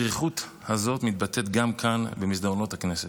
הדריכות הזאת מתבטאת גם כאן במסדרונות הכנסת: